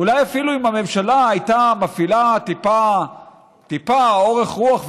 אולי אפילו אם הממשלה הייתה מפעילה טיפה אורך רוח,